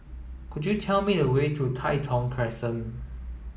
could you tell me the way to Tai Thong Crescent